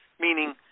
meaning